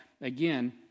again